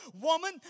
Woman